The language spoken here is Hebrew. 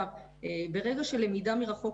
מה שקורה בלמידה מרחוק,